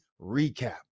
recap